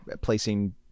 placing